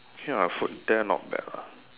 okay ah food there not bad lah